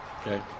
Okay